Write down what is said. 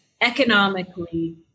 economically